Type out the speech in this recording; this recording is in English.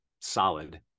solid